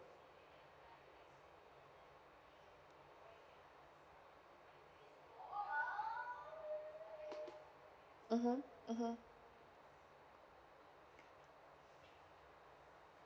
mm hmm mm hmm